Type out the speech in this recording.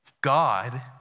God